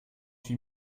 huit